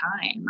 time